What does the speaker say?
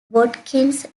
watkins